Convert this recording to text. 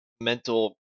mental